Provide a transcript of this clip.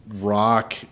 rock